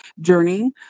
journey